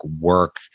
work